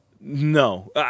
No